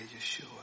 Yeshua